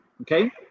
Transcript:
okay